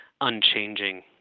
unchanging